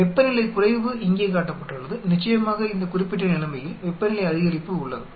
வெப்பநிலை குறைவு இங்கே காட்டப்பட்டுள்ளது நிச்சயமாக இந்த குறிப்பிட்ட நிலைமையில் வெப்பநிலை அதிகரிப்பு உள்ளது